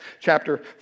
chapter